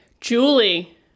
Julie